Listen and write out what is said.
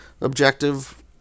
objective